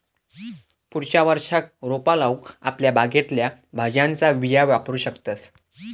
पुढच्या वर्षाक रोपा लाऊक आपल्या बागेतल्या भाज्यांच्या बिया वापरू शकतंस